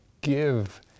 give